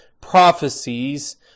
prophecies